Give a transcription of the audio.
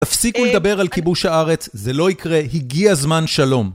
תפסיקו לדבר על כיבוש הארץ, זה לא יקרה, הגיע זמן שלום.